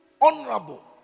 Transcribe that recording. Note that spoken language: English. Honorable